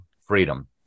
freedom